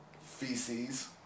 Feces